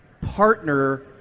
partner